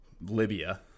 libya